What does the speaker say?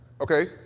Okay